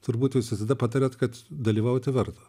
turbūt jūs visada patariat kad dalyvauti verta